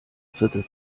viertel